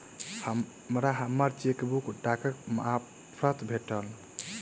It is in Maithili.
हमरा हम्मर चेकबुक डाकक मार्फत भेटल